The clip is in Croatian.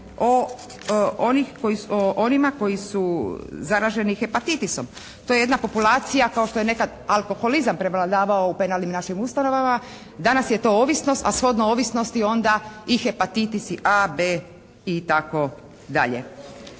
o onima koji su zaraženi hepatitisom. To je jedna populacija kao što je nekad alkoholizam prevladavao u penalnim našim ustanovama, danas je to ovisno, a shodno ovisnosti onda i hepatitis i A, B itd. Dakle,